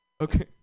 Okay